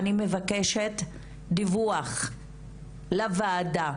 אני מבקשת דיווח לוועדה,